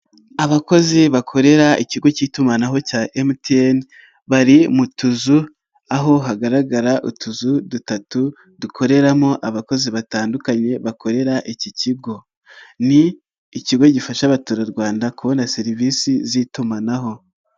Abakozi bakorera Ikigo k'itumanaho cya MTN bari mu tuzu, aho hagaragara utuzu dutatu dukoreramo abakozi batandukanye bakorera iki kigo,, ni ikigo gifasha abaturarwanda kubona serivisi z'itumanaho.